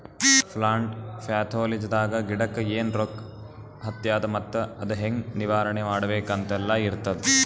plant ಪ್ಯಾಥೊಲಜಿದಾಗ ಗಿಡಕ್ಕ್ ಏನ್ ರೋಗ್ ಹತ್ಯಾದ ಮತ್ತ್ ಅದು ಹೆಂಗ್ ನಿವಾರಣೆ ಮಾಡ್ಬೇಕ್ ಅಂತೆಲ್ಲಾ ಇರ್ತದ್